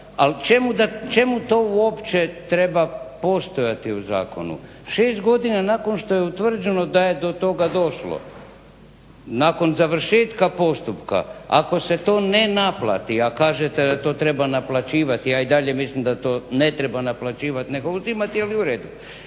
Ali čemu to uopće treba postojati u zakonu. 6 godina nakon što je utvrđeno da je do toga došlo, nakon završetka postupka ako se to ne naplati, a kažete da to treba naplaćivati, ja i dalje mislim da to ne treba naplaćivati nego uzimati ali uredu.